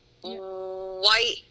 White